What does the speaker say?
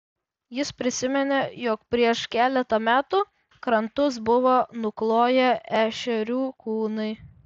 jis prisiminė jog prieš keletą metų krantus buvo nukloję ešerių kūnai